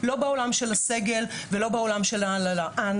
לא בעולם של הסגל ולא בעולם של ההנהלות.